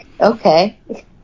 Okay